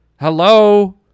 Hello